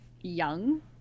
young